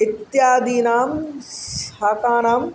इत्यादीनां शाकानां